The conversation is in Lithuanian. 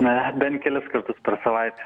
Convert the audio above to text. na bent kelis kartus per savaitę